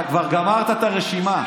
אתה כבר גמרת את הרשימה.